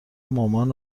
مامان